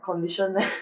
condition leh